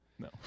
No